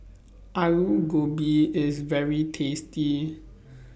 Alu Gobi IS very tasty